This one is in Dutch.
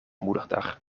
moederdag